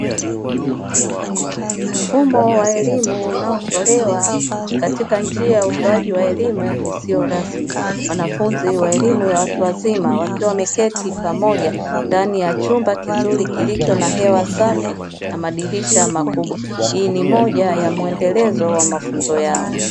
Mfumo wa elimu unaotolewa katika njia ya utoaji wa elimu isiyo rasmi. Wanafunzi wa elimu ya watu wazima wakiwa wameketi pamoja ndani ya chumba kizuri kilicho na hewa safi na madirisha makubwa. Hii ni moja ya muendelezo wa mafunzo yao.